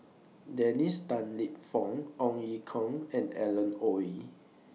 Dennis Tan Lip Fong Ong Ye Kung and Alan Oei